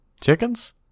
Chickens